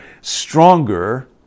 stronger